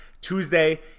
Tuesday